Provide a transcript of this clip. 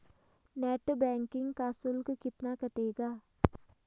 Net banking का शुल्क कितना कटेगा?